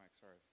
sorry